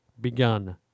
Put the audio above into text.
begun